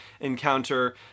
encounter